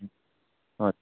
हजुर